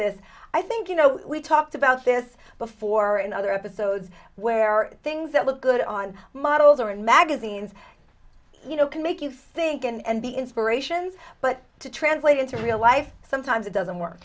this i think you know we talked about this before in other words where things that look good on models or in magazines you know can make you think and be inspirations but to translate into real life sometimes it doesn't work